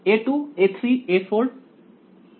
a2 a3 a4 a9